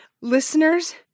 Listeners